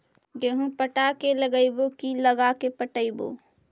गेहूं पटा के लगइबै की लगा के पटइबै?